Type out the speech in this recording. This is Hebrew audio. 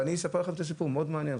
ואני אספר לכם את הסיפור מאוד מעניין,